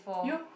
you